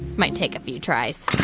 might take a few tries